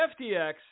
FTX